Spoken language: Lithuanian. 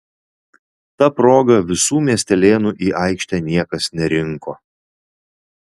ta proga visų miestelėnų į aikštę niekas nerinko